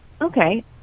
Okay